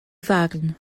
farn